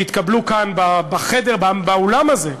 שהתקבלו כאן, בחדר, באולם הזה,